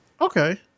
Okay